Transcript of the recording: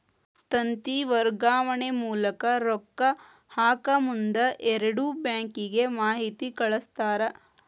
ತಂತಿ ವರ್ಗಾವಣೆ ಮೂಲಕ ರೊಕ್ಕಾ ಹಾಕಮುಂದ ಎರಡು ಬ್ಯಾಂಕಿಗೆ ಮಾಹಿತಿ ಕಳಸ್ತಾರ